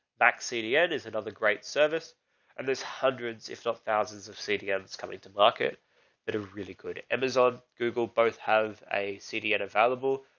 back cdn is another great service and there's hundreds, if not thousands of cdl that's coming to market that are really good. amazon, google both have a cdn available.